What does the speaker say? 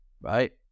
right